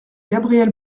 gabriel